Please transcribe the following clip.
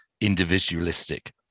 individualistic